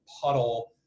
puddle